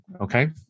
okay